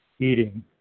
eating